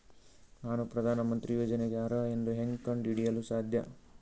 ನಾನು ಪ್ರಧಾನ ಮಂತ್ರಿ ಯೋಜನೆಗೆ ಅರ್ಹ ಎಂದು ಹೆಂಗ್ ಕಂಡ ಹಿಡಿಯಲು ಸಾಧ್ಯ?